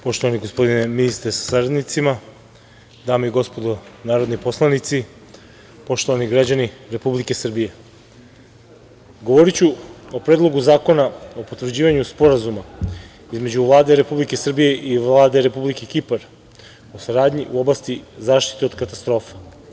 Poštovani gospodine ministre sa saradnicima, dame i gospodo narodni poslanici, poštovani građani Republike Srbije, govoriću o Predlogu zakona o potvrđivanju Sporazuma između Vlade Republike Srbije i Vlade Republike Kipar o saradnji u oblasti zaštite od katastrofa.